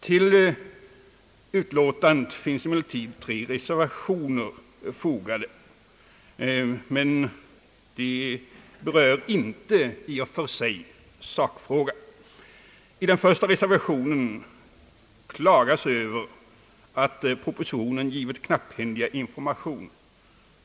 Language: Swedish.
Vid utlåtandet finns emellertid tre reservationer fogade, vilka inte i och för sig berör sakfrågan. I den första reservationen klagas över att propositionen givit knapphändiga informationer.